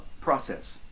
process